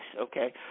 okay